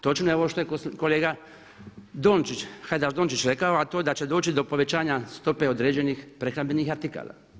Točno je ovo što je kolega Hajdaš Dončić rekao, a to je da će doći do povećanja stope određenih prehrambenih artikala.